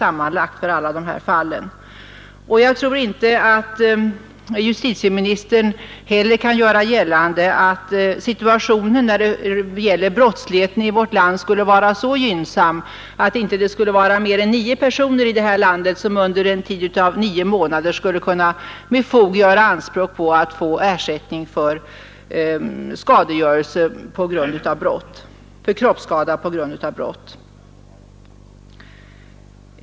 Jag tror inte att justitieministern heller kan göra gällande att situationen när det gäller brottsligheten skulle vara så gynnsam att inte mer än nio personer i det här landet under en tid av nio månader skulle kunna med fog göra anspråk på att få ersättning för kroppsskada på grund av brott.